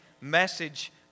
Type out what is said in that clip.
message